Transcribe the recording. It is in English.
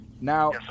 Now